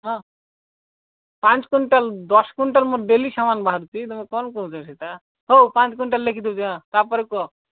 ହଁ ପାଞ୍ଚ କ୍ୟୁଣ୍ଟାଲ ଦଶ କ୍ୟୁଣ୍ଟାଲ ମୋର ଡେଲି ସାମାନ ବାହାରୁଛି ତମେ କଣ କହୁଛ ସେଟା ହଉ ପାଞ୍ଚ କ୍ୟୁଣ୍ଟାଲ ଲେଖି ଦେଉଛି ତାପରେ କୁହ